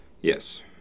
Yes